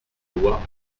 loi